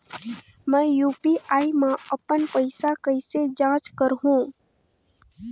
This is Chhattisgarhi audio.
मैं यू.पी.आई मा अपन पइसा कइसे जांच करहु?